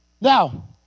Now